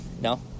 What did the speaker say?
No